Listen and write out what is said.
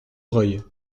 reuil